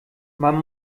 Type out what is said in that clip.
man